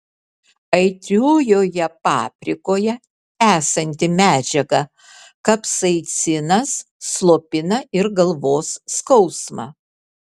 aitriojoje paprikoje esanti medžiaga kapsaicinas slopina ir galvos skausmą